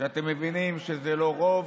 אתם מבינים שזה לא רוב,